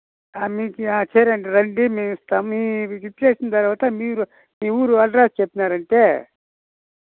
మీకు సరే అండి రండి మేము ఇస్తాం మీరు విసిట్ చేసిన తరువాత మీరు మీ ఊరు అడ్రస్ చెప్పినారు అంటే